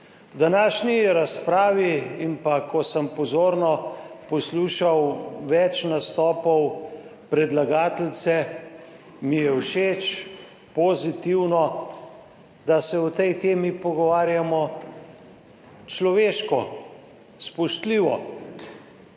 V današnji razpravi in ko sem pozorno poslušal več nastopov predlagateljice, mi je všeč, pozitivno, da se o tej temi pogovarjamo človeško, spoštljivo.